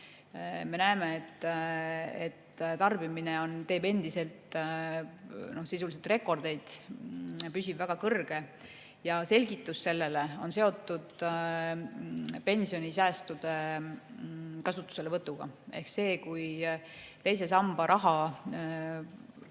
Me näeme, et tarbimine teeb endiselt rekordeid, püsib väga kõrgel tasemel. Selgitus sellele on seotud pensionisäästude kasutuselevõtuga ehk sellega, et teise samba raha